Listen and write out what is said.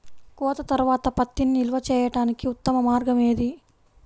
కోత తర్వాత పత్తిని నిల్వ చేయడానికి ఉత్తమ మార్గం ఏది?